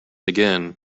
again